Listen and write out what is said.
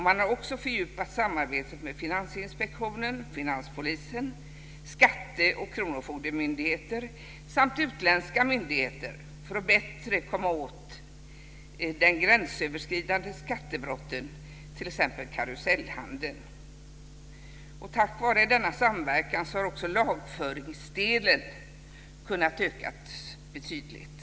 Man har också fördjupat samarbetet med Finansinspektionen, Finanspolisen, skatteoch kronofogdemyndigheter samt utländska myndigheter för att bättre komma åt gränsöverskridande skattebrott, den s.k. karusellhandeln. Tack vare denna samverkan har lagföringsandelen ökat betydligt.